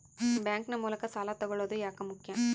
Bank ನ ಮೂಲಕ ಸಾಲ ತಗೊಳ್ಳೋದು ಯಾಕ ಮುಖ್ಯ?